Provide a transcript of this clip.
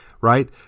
right